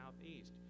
southeast